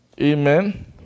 Amen